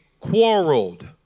quarreled